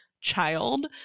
child